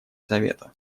совета